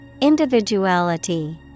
Individuality